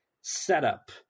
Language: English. setup